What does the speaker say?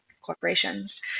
corporations